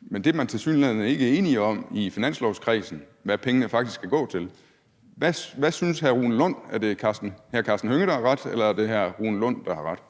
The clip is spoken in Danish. men det er man tilsyneladende ikke enige om i finanslovskredsen, altså hvad penge faktisk skal gå til, så hvad synes hr. Rune Lund – er det hr. Karsten Hønge, der har ret, eller er det hr. Rune Lund, der har ret?